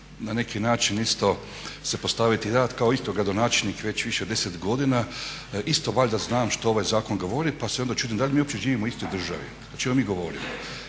na neki način isto se postaviti jer ja isto kao gradonačelnik već više od 10 godina isto valjda znam što ovaj zakon govori pa se onda čudim da li mi uopće živimo u istoj državi? O čemu mi govorimo?